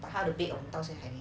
but 他的 bed 到现在还没有换